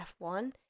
F1